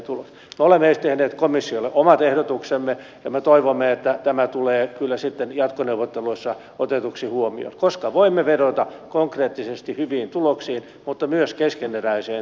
me olemme tehneet komissiolle omat ehdotuksemme ja me toivomme että tämä tulee jatkoneuvotteluissa otetuksi huomioon koska voimme vedota konkreettisesti hyviin tuloksiin mutta myös keskeneräiseen työhön